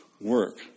work